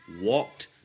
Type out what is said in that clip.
walked